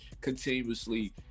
continuously